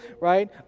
right